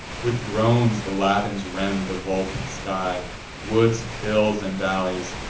with groans the latins rend the vaulted sky woods, hills, and valleys,